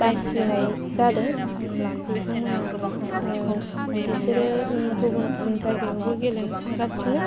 बासिनाय जादों बिथांमोना बिसोरो गुबुन गुबुन जायगायावबो गेलेनो थांगासिनो